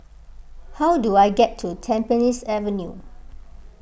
how do I get to Tampines Avenue